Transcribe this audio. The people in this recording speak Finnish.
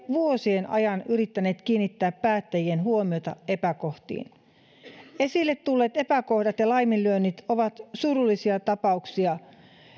vuosien ajan yrittäneet kiinnittää päättäjien huomiota epäkohtiin esille tulleet epäkohdat ja laiminlyönnit ovat surullisia tapauksia